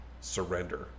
surrender